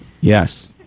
Yes